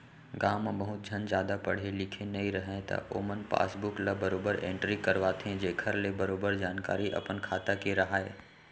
गॉंव म बहुत झन जादा पढ़े लिखे नइ रहयँ त ओमन पासबुक ल बरोबर एंटरी करवाथें जेखर ले बरोबर जानकारी अपन खाता के राहय